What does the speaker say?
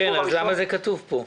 למה זה כתוב פה?